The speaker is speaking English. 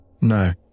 No